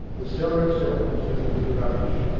the cellar itself was littered with rubbish,